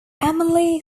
emily